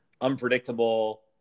unpredictable